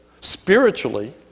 spiritually